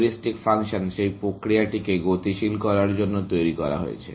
heuristic function সেই প্রক্রিয়াটিকে গতিশীল করার জন্য তৈরি করা হয়েছে